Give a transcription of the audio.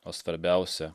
o svarbiausia